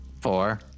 Four